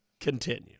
Continue